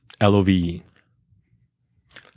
L-O-V-E